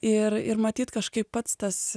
ir ir matyt kažkaip pats tas